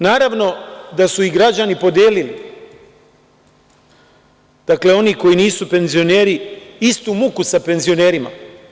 Naravno da su građani podelili, dakle, oni koji nisu penzioneri, istu muku sa penzionerima.